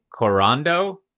Corando